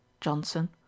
Johnson